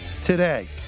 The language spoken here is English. today